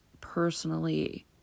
personally